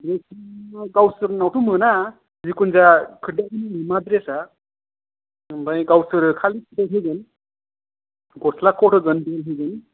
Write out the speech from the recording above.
गावसिनावथ' मोना जेकुनु मा द्रेसआ गावसोर कालि सेक्ट होगोन गसला कट होगोन